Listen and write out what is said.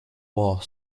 war